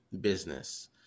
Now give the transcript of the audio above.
business